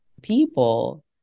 people